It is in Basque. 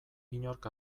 inork